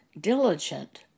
diligent